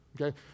okay